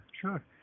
Sure